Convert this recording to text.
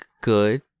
good